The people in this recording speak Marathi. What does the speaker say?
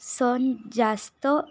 सण जास्त